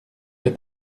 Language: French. est